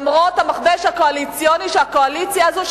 למרות המכבש הקואליציוני שהקואליציה הזאת,